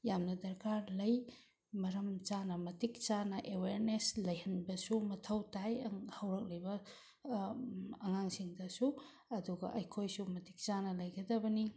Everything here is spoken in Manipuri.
ꯌꯥꯝꯅ ꯗꯔꯀꯥꯔ ꯂꯩ ꯃꯔꯝ ꯆꯥꯅ ꯃꯇꯤꯛ ꯆꯥꯅ ꯑꯦꯋꯥꯔꯅꯦꯁ ꯂꯩꯍꯟꯕꯁꯨ ꯃꯊꯧ ꯇꯥꯏ ꯍꯧꯔꯛꯂꯤꯕ ꯑꯉꯥꯡꯁꯤꯡꯗꯁꯨ ꯑꯗꯨꯒ ꯑꯩꯈꯣꯏꯁꯨ ꯃꯇꯤꯛ ꯆꯥꯅ ꯂꯩꯒꯗꯕꯅꯤ